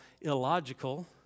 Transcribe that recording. illogical